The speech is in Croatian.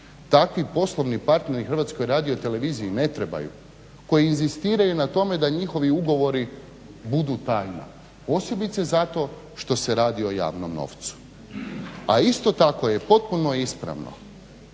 Takvi poslovni partneri Hrvatskoj radioteleviziji ne trebaju, koji inzistiraju na tome da njihovi ugovori budu tajna posebice zato što se radi o javnom novcu. A isto tako je potpuno ispravno